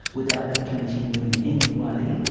without that committing you in any way,